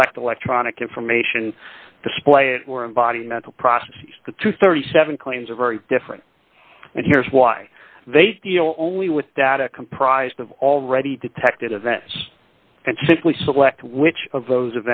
collect electronic information display and more in body mental process the two hundred and thirty seven claims are very different and here's why they deal only with data comprised of already detected events and simply select which of those